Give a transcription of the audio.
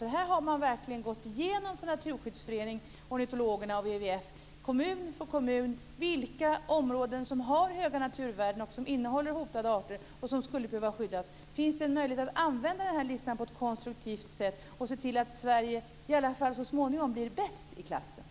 Här har Naturskyddsföreningen, ornitologerna och WWF verkligen gått igenom kommun för kommun för att se efter vilka områden som har höga naturvärden med hotade arter som skulle behöva skyddas. Finns det möjlighet att använda den listan på ett konstruktivt sätt och se till att Sverige i alla fall så småningom blir bäst i klassen?